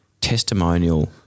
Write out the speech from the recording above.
testimonial